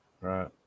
Right